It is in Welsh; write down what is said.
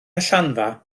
allanfa